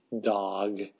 dog